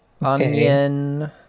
Onion